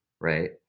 right